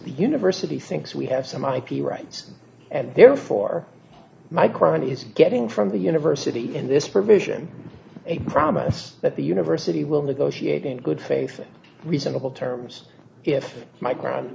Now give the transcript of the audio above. university thinks we have some ip rights and therefore my crown is getting from the university in this provision a promise that the university will negotiate in good faith in reasonable terms if my ground